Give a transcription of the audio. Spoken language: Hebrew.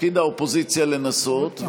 תפקיד האופוזיציה לנסות,